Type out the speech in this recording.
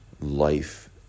life